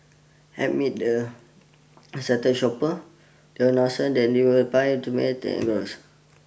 amid the excited shoppers they announcer that they would buy